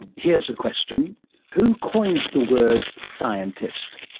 here's a question who coined the word scientist?